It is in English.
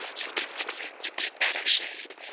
you can mix it to get better shade,